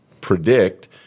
predict